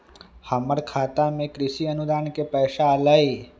हमर खाता में कृषि अनुदान के पैसा अलई?